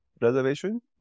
reservation